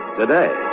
today